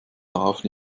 darauf